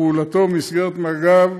ופעילותו במסגרת מג"ב